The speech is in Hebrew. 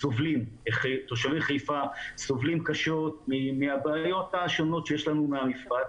תושבי חיפה סובלים קשות מהבעיות השונות שיש לנו מהמפרץ